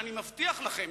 שאני מבטיח לכם,